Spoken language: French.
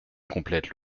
complètent